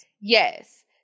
Yes